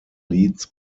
leeds